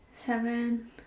Seven